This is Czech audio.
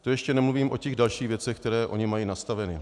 To ještě nemluvím o těch dalších věcech, které oni mají nastaveny.